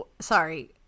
Sorry